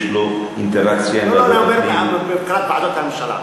יש לו אינטראקציה עם ועדת הפנים.